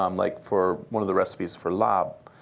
um like for one of the recipes for larb,